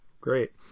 Great